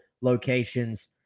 locations